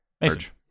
Merge